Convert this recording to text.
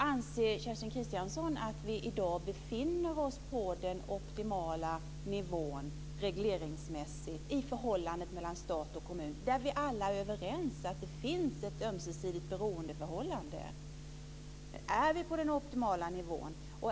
Anser Kerstin Kristiansson att vi i dag befinner oss på den optimala nivån regleringsmässigt i förhållandet mellan stat och kommun? Vi är ju alla överens om att det finns ett ömsesidigt beroendeförhållande. Är vi på den optimala nivån?